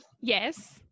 Yes